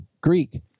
Greek